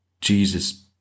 Jesus